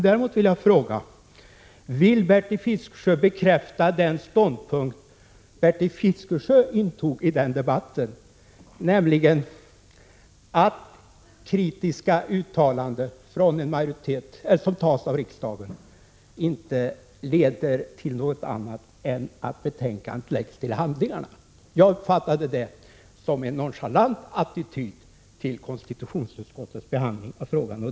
Däremot vill jag fråga: Vill Bertil Fiskesjö bekräfta den ståndpunkt som Bertil Fiskesjö intog i den debatten, att kritiska uttalanden av konstitutions utskottet som godkänts av riksdagen inte leder till något annat än att betänkandet läggs till handlingarna? Jag uppfattade det som en nonchalant attityd till konstitutionsutskottets behandling av ärenden.